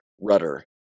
rudder